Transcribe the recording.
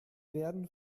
werden